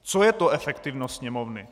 Co je to efektivnost Sněmovny?